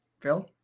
Phil